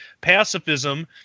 pacifism